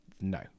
no